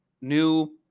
new